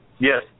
Yes